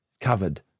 Covered